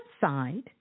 side